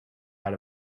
out